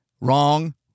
Wrong